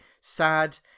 sad